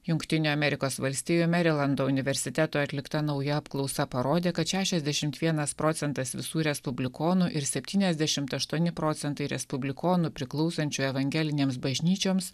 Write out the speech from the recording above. jungtinių amerikos valstijų merilando universiteto atlikta nauja apklausa parodė kad šešiasdešimt vienas visų respublikonų ir septyniasdešimt aštuoni procentai respublikonų priklausančių evangelinėms bažnyčioms